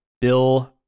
Bill